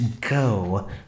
go